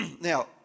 Now